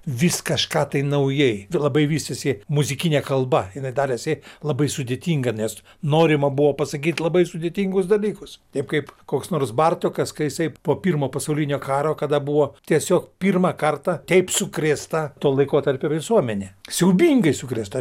vis kažką tai naujai labai vystėsi muzikinė kalba jinai darėsi labai sudėtinga nes norima buvo pasakyt labai sudėtingus dalykus taip kaip koks nors bartokas kai jisai po pirmo pasaulinio karo kada buvo tiesiog pirmą kartą taip sukrėsta to laikotarpio visuomenė siaubingai sukrėsta